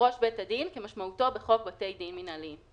"ראש בית הדין" כמשמעותו בחוק בתי דין מינהליים.